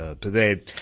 today